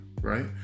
right